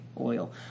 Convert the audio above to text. oil